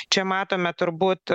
čia matome turbūt